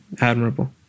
admirable